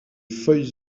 feuilles